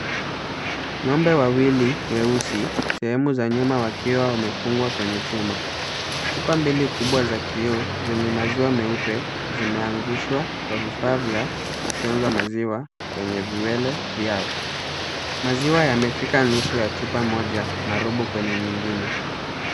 Ng'ombe wawili weusi sehemu za nyuma wakiwa wamefungwa kwenye chuma, chupa mbili kubwa za kioo zenye maziwa meupe zimeangushwa kwa vifaa vya kufyonza maziwa kwenye viwele vyao , maziwa yamefika nusu ya chupa moja na robo kwenye nyingine.